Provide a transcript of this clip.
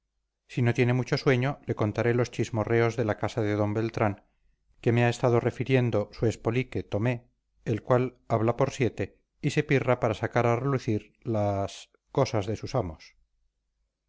si no tiene mucho sueño le contaré los chismorreos de la casa de d beltrán que me ha estado refiriendo su espolique tomé el cual habla por siete y se pirra para sacar a relucir las cosas de sus amos